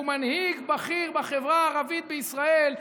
שהוא מנהיג בכיר בחברה הערבית בישראל,